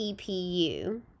EPU